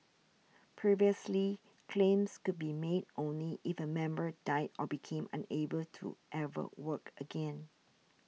previously claims could be made only if a member died or became unable to ever work again